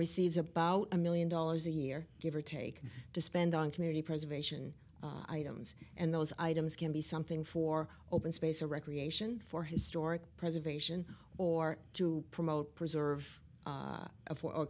receives about a million dollars a year give or take to spend on community preservation items and those items can be something for open space or recreation for historic preservation or to promote preserve